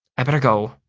i better go.